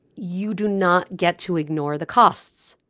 you do not get to ignore the costs.